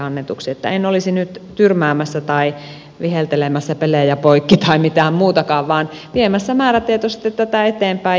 en olisi nyt tyrmäämässä tai viheltelemässä pelejä poikki tai mitään muutakaan vaan viemässä määrätietoisesti tätä eteenpäin